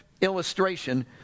illustration